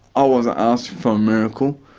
i wasn't asking for a miracle,